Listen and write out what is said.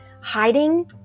hiding